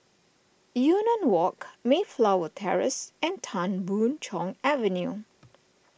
Yunnan Walk Mayflower Terrace and Tan Boon Chong Avenue